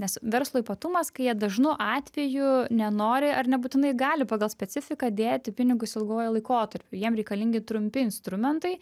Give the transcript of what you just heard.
nes verslo ypatumas kai jie dažnu atveju nenori ar nebūtinai gali pagal specifiką dėti pinigus ilguoju laikotarpiu jiem reikalingi trumpi instrumentai